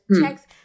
checks